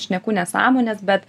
šneku nesąmones bet